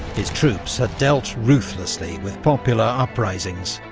his troops had dealt ruthlessly with popular uprisings,